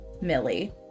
Millie